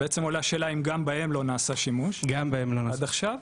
ובעצם עולה השאלה אם גם בהם לא נעשה שימוש עד עכשיו?